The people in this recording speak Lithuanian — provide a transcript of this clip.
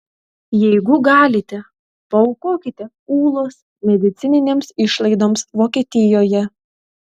jeigu galite paaukokite ūlos medicininėms išlaidoms vokietijoje